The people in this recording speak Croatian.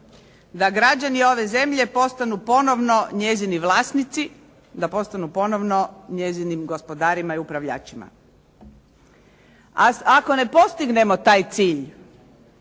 Da građani ove zemlje postanu ponovno njezini vlasnici, da postanu ponovno njezinim gospodarima i upravljačima. A ako ne postignemo taj cilj,